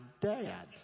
dad